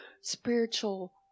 spiritual